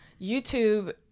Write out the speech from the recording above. YouTube